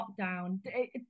lockdown